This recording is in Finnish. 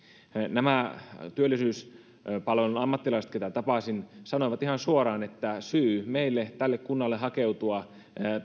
nämä työllisyyspalvelun ammattilaiset keitä tapasin sanoivat ihan suoraan että syy meille tälle kunnalle hakeutua